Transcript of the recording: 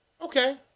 okay